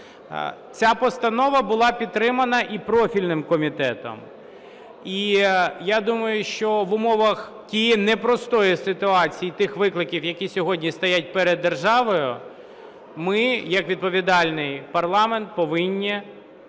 Ця постанова була підтримана і профільним комітетом. І я думаю, що в умовах тієї непростої ситуації і тих викликів, які сьогодні стоять перед державою, ми, як відповідальний парламент повинні